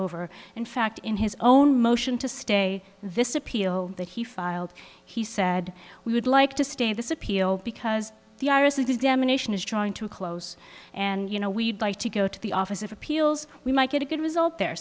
over in fact in his own motion to stay this appeal that he filed he said we would like to stay this appeal because the iris examination is drawing to a close and you know we'd like to go to the office of appeals we might get a good result the